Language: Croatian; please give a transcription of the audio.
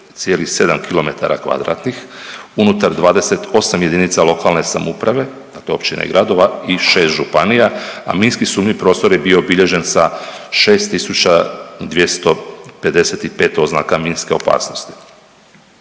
km2, unutar 28 jedinica lokalne samouprave, dakle općina i gradova i 6 županija, a minski sumnjiv prostor je bio obilježen sa 6255 oznaka minske opasnosti.